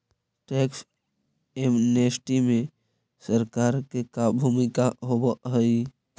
tax amnesty में सरकार के का भूमिका होव हई